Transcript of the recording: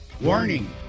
warning